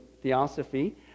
theosophy